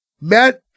Matt